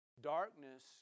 darkness